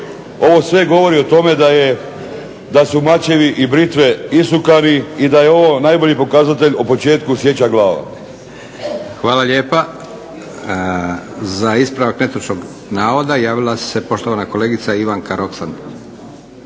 Ovo sve govori o tome da su mačevi i britve isukani i da je ovo najbolji pokazatelj o početku sječa glava. **Leko, Josip (SDP)** Hvala lijepa. Za ispravak netočnog navoda javila se poštovana kolegica Ivanka Roksandić.